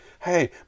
Hey